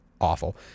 awful